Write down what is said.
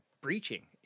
breaching